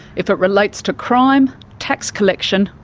if it relates to crime, tax collection,